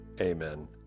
amen